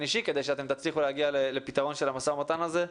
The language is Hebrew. אישי כדי שתצליחו להגיע לפתרון של המשא-ומתן הזה.